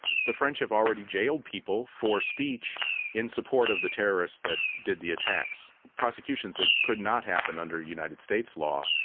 the french have already jailed people for speech in support of the terrorists that did the attacks, prosecutions that could not happen under united states law.